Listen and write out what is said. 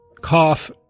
cough